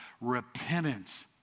Repentance